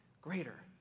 greater